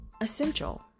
essential